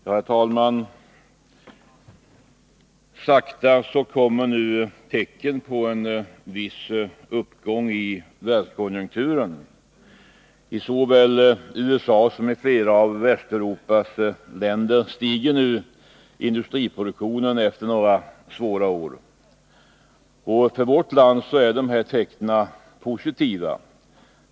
Herr talman! Sakta kommer nu tecken på en viss uppgång i världskonjunkturen. I såväl USA som flera av Västeuropas länder stiger nu industriproduktionen efter några svåra år. För vårt land är dessa tecken positiva.